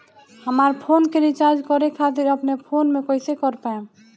हमार फोन के रीचार्ज करे खातिर अपने फोन से कैसे कर पाएम?